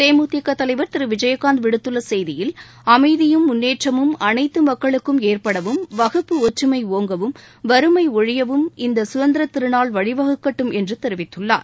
தேமுதிக தலைவர் திரு விஜயகாந்த் விடுத்துள்ள செய்தியில் அமைதியும் முன்னேற்றமும் அனைத்து மக்களுக்கும் ஏற்படவும் வகுப்பு ஒற்றுமை ஒங்கவும் வறுமை ஒழியவும் இந்த கதந்திர திருநாள் வழிவகுக்கட்டும் என்று தெரிவித்துள்ளார்